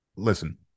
listen